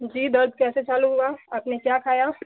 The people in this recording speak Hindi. जी दर्द कैसे चालू हुआ आपने क्या खाया